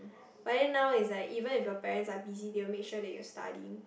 but then now is like even if your parents are busy they will make sure that you'll study